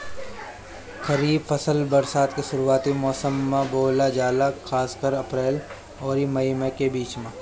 खरीफ फसल बरसात के शुरूआती मौसम में बोवल जाला खासकर अप्रैल आउर मई के बीच में